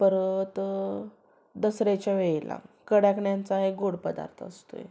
परत दसऱ्याच्या वेळेला कडाकण्यांचा एक गोड पदार्थ असतोय